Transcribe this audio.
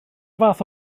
fath